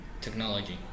technology